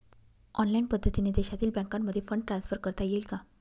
Online पद्धतीने देशातील बँकांमध्ये फंड ट्रान्सफर करता येईल का?